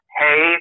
hey